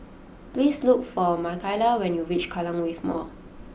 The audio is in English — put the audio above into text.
please look for Makaila when you reach Kallang Wave Mall